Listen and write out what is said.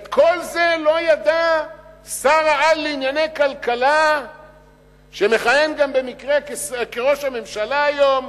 את כל זה לא ידע השר-על לענייני כלכלה שמכהן גם במקרה כראש הממשלה היום,